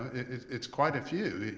it's quite a few,